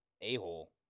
a-hole